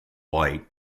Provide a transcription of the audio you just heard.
light